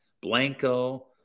blanco